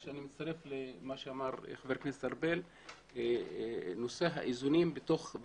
אני מדבר אתך עכשיו על מי יושב